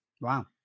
Wow